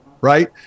right